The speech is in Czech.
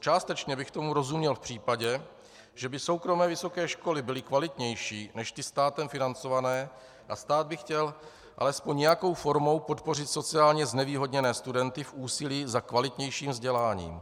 Částečně bych tomu rozuměl v případě, že by soukromé vysoké školy byly kvalitnější než ty státem financované a stát by chtěl alespoň nějakou formou podpořit sociálně znevýhodněné studenty v úsilí za kvalitnějším vzděláním.